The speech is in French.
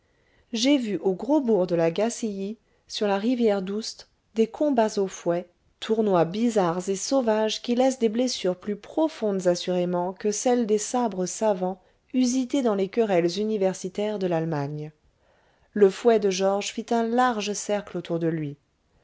j'ai vu au gros bourg de la gacilly sur la rivière d'oust des combats au fouet tournois bizarres et sauvages qui laissent des blessures plus profondes assurément que celles des sabres savants usités dans les querelles universitaires de l'allemagne le fouet de georges fît un large cercle autour de lui